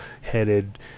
headed